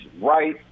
right